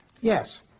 Yes